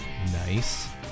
Nice